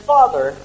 Father